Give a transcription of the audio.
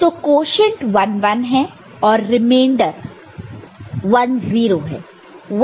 तो क्वोशन्ट 1 1 है और रिमेंडर 1 0 है